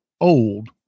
old